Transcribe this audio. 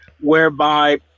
whereby